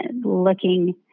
looking